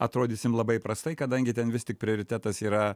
atrodysim labai prastai kadangi ten vis tik prioritetas yra